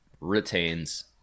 retains